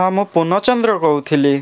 ହଁ ମୁଁ ପୂର୍ଣ୍ଣଚନ୍ଦ୍ର କହୁଥିଲି